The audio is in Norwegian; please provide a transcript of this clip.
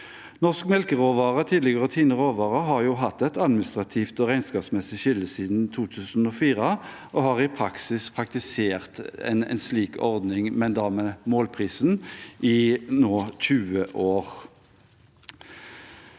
Norsk melkeråvare, tidligere TINE Råvare, har hatt et administrativt og regnskapsmessig skille siden 2004 og har i praksis praktisert en slik ordning – men da med målprisen – i 20 år